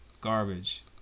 Garbage